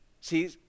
See